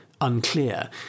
unclear